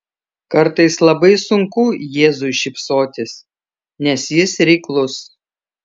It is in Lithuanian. kartais labai sunku jėzui šypsotis nes jis reiklus